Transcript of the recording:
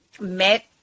met